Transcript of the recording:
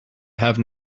have